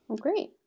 great